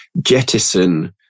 jettison